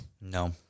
No